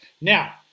Now